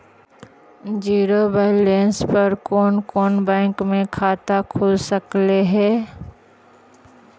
Zero balance पर कोन कोन बैंक में खाता खुल सकले हे?